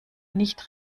nicht